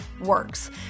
works